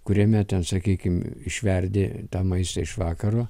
kuriame ten sakykim išverdi tą maistą iš vakaro